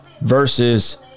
versus